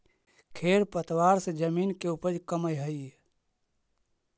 खेर पतवार से जमीन के उपज कमऽ हई